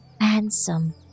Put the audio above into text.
handsome